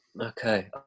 okay